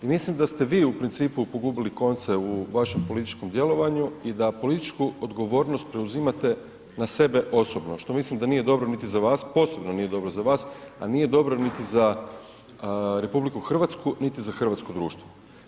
I mislim da ste vi u principu pogubili konce u vašem političkom djelovanju i da političku odgovornost preuzimate na sebe osobno, što mislim da nije dobro niti za vas, posebno nije dobro za vas, a nije dobro niti za RH, niti za hrvatsko društvo.